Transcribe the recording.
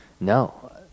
no